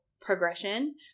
progression